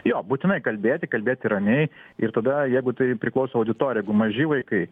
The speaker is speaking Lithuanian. jo būtinai kalbėti kalbėti ramiai ir tada jeigu tai priklauso auditorijai jeigu maži vaikai